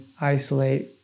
isolate